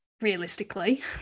realistically